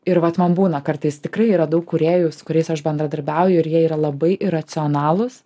ir vat man būna kartais tikrai yra daug kūrėjų su kuriais aš bendradarbiauju ir jie yra labai iracionalūs